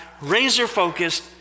razor-focused